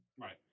Right